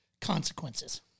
consequences